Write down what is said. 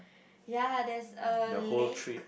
ya there's a lake